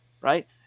right